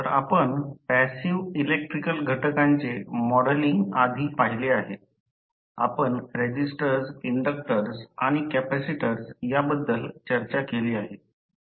तर आपण passive electrical घटकांचे मॉडेलिंग आधी पाहिले आहे आपण रेझिस्टर्स इंडक्टर्स आणि कॅपेसिटर्स याबद्दल चर्चा केली आहे